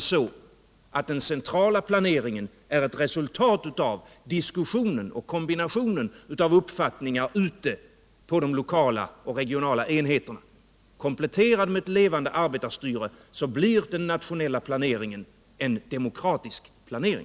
så att den centrala planeringen är ett resultat av diskussionen och kombinationen av uppfattningar ute på de lokala och regionala enheterna. Kompletterad med eu levande arbetarstyre blir den nationella planeringen en demokratisk planering.